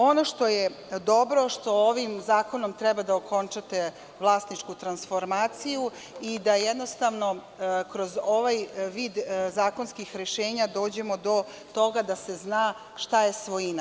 Ono što je dobro je to što ovim zakonom treba da okončate vlasničku transformaciju i da jednostavno kroz ovaj vid zakonskih rešenja dođemo do toga da se zna šta je svojina.